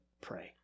pray